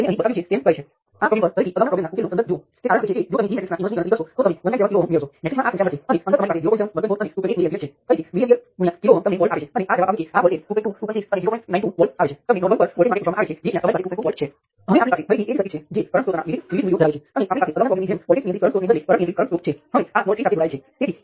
તેથી આપણી પાસે I 3 × R 1 3 R 2 3 હશે અને આ સંપૂર્ણ બાબત બરાબર વોલ્ટેજમાં થતો વધારો જે V 1 V 2 છે તેથી આ સુપર મેશ માટેનું સમીકરણ છે અને ત્રીજી મેશ આનાથી પ્રભાવિત થતી નથી